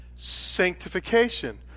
Sanctification